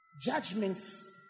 judgments